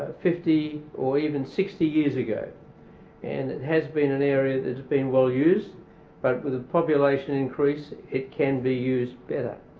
fifty or even sixty years ago and it has been an area that has been well used but with a population increase it can be used better.